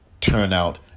turnout